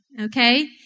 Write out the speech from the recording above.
okay